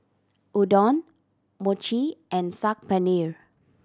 Udon Mochi and Saag Paneer